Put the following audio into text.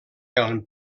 gran